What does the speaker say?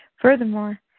Furthermore